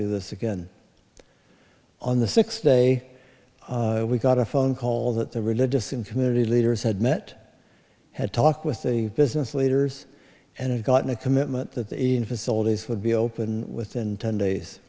do this again on the sixth day we got a phone call that the religious and community leaders had met had talked with the business leaders and had gotten a commitment that the facilities would be open within ten days